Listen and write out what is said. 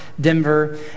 Denver